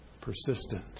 persistent